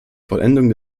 vollendung